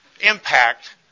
impact